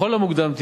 לכל המוקדם,